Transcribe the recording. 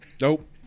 Nope